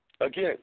Again